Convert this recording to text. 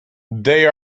they